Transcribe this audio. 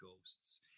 ghosts